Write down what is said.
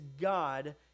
God